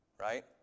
right